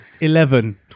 Eleven